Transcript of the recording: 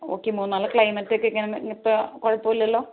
okay മൂന്നാറിലെ ക്ലൈമറ്റൊക്കെ എങ്ങനെയാണ് ഇപ്പം കുഴപ്പമില്ലല്ലോ